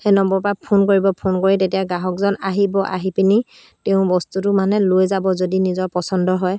সেই নম্বৰৰপৰা ফোন কৰিব ফোন কৰি তেতিয়া গ্ৰাহকজন আহিব আহি পিনি তেওঁ বস্তুটো মানে লৈ যাব যদি নিজৰ পচন্দ হয়